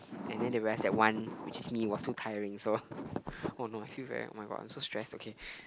and then they realised that one which is me was so tiring so oh no I feel very oh-my-god I'm so stressed okay